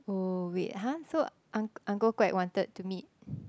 oh wait [huh] so unc~ Uncle Quek wanted to meet